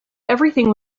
everything